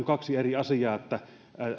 kaksi eri asiaa